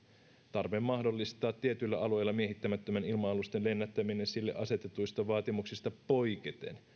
tarve mahdollistaa tietyillä alueilla miehittämättömien ilma alusten lennättäminen sille asetetuista vaatimuksista poiketen